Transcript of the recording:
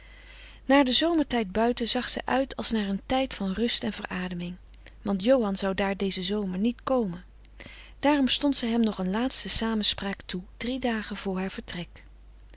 naar den zomertijd buiten zag zij uit als naar een tijd van rust en verademing want johan zou daar dezen zomer niet komen daarom stond zij hem nog een laatste samenspraak toe drie dagen voor haar vertrek